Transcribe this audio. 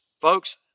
Folks